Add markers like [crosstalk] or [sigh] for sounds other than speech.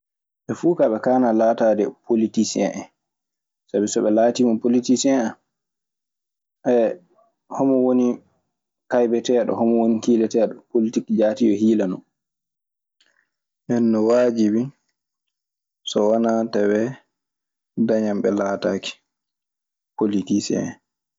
Ɓee fuu kaa ɓe kaanaa laataade politisien en. Sabi so ɓe laatiima politisien en [hesitation] homo woni kaybeteeɗo, homo woni kiileteeɗo. Politiki jaati yo hiila non. Nden non waajibi so wanaa tawee dañan ɓe laataaki politisien en.